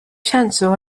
chancel